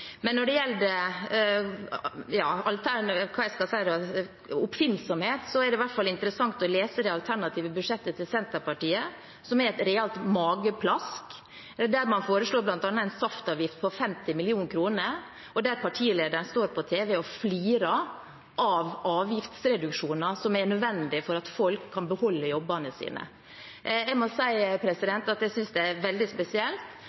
Men når det gjelder – hva skal jeg si – oppfinnsomhet, er det i hvert fall interessant å lese det alternative budsjettet til Senterpartiet, som er et realt mageplask, der man foreslår bl.a. en saftavgift på 50 mill. kr, og der partilederen står på tv og flirer av avgiftsreduksjoner som er nødvendige for at folk kan beholde jobbene sine. Jeg må si at jeg synes det er veldig spesielt,